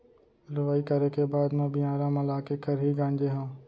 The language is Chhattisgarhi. लुवई करे के बाद म बियारा म लाके खरही गांजे हँव